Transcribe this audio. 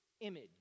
image